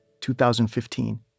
2015